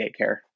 daycare